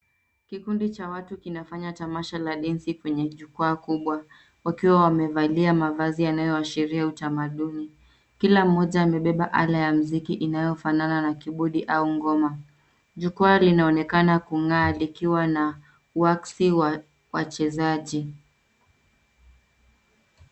Kikundi cha watu kinafanya tamasha la densi kwenye jukwaa kubwa wakiwa wamevalia mavazi yanayoashiria utamaduni. Kila mmoja amebeba ala ya mziki inayofanana na kibodi au ngoma. Jukwaa linaonekana kungaa likiwa na waxi wachezaji.